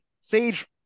Sage